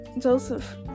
Joseph